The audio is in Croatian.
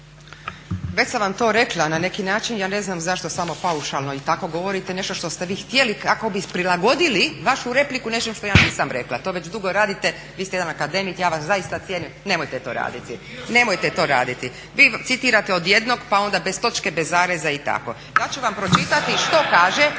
Već sam vam to rekla na neki način, ja ne znam zašto samo paušalno i tako govorite nešto što ste vi htjeli kako bi prilagodili vašu repliku nečem što ja nisam rekla. To već dugo radite, vi ste jedan akademik, ja vas zaista cijenim, nemojte to raditi. … /Upadica se ne razumije./ … Nemojte to raditi.